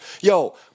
Yo